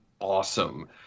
awesome